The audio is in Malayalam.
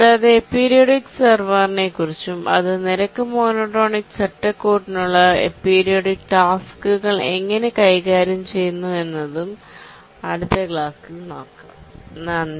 കൂടാതെ അപീരിയോഡിക് സെർവറിനെക്കുറിച്ചും അത് റേറ്റ് മോണോടോണിക് ചട്ടക്കൂടിനുള്ളിലെ അപീരിയോഡിക് ടാസ്ക്കുകൾ എങ്ങനെ കൈകാര്യം ചെയ്യുന്നു എന്നതും അടുത്ത ക്ലാസിൽ നോക്കാം നന്ദി